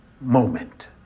moment